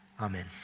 Amen